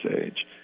age